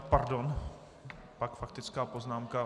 Pardon, pak faktická poznámka.